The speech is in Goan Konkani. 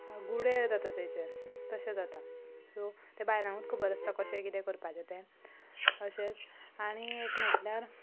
गुळे जातात तेचे तशें जाता सो तें बायलांकूच खबर आसता कशें कितें करपाचें तें अशेंच आनी एक म्हणल्यार